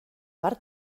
per